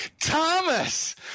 Thomas